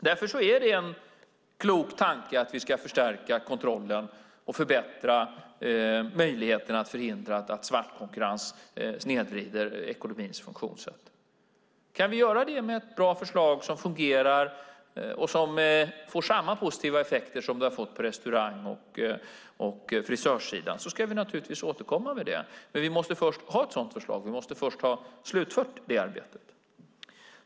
Därför är det en klok tanke att vi ska förstärka kontrollen och förbättra möjligheten att förhindra att svartkonkurrens snedvrider ekonomins funktionssätt. Kan vi göra det med ett bra förslag som fungerar och som får samma positiva effekter som det har fått för restaurang och frisörsidan ska vi naturligtvis återkomma. Men vi måste först ha ett sådant förslag och ha slutfört det arbetet.